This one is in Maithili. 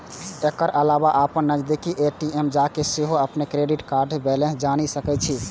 एकर अलावा अपन नजदीकी ए.टी.एम जाके सेहो अपन क्रेडिट कार्डक बैलेंस जानि सकै छी